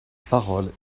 parole